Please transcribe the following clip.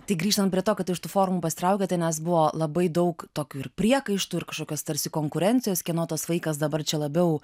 tai grįžtant prie to kad iš tų forumų pasitraukėte nes buvo labai daug tokių ir priekaištų ir kažkokios tarsi konkurencijos kieno tas vaikas dabar čia labiau